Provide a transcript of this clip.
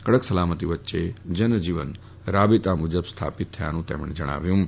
કડક સલામતી વચ્ચે જનજીવન રાબેતા મુજબ સ્થાપિત થયાનું તેમણે જણાવ્યું હતું